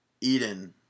Eden